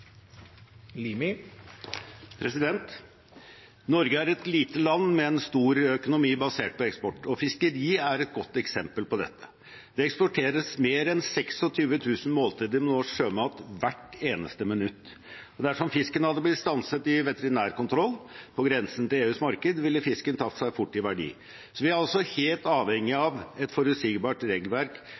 et godt eksempel på det. Det eksporteres mer enn 26 000 måltider med norsk sjømat hvert eneste minutt, og dersom fisken hadde blitt stanset i veterinærkontroll på grensen til EUs marked, ville fisken tapt seg fort i verdi. Vi er altså helt avhengige av et forutsigbart regelverk